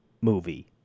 movie